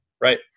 right